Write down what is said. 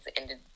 ended